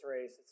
race